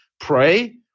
pray